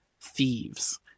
thieves